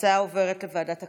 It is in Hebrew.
ההצעה עוברת לוועדת הכלכלה.